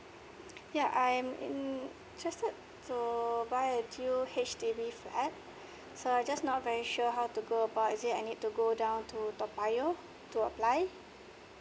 ya I'm interested to buy a new H_D_B flat so I just not very sure how to go about is it I need to go down to toa payoh to apply